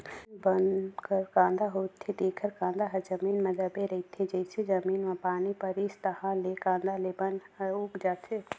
जेन बन कर कांदा होथे तेखर कांदा ह जमीन म दबे रहिथे, जइसे जमीन म पानी परिस ताहाँले ले कांदा ले बन ह उग जाथे